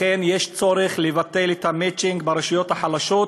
לכן יש צורך לבטל את המצ'ינג ברשויות החלשות,